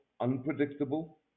unpredictable